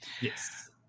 Yes